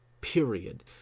period